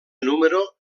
número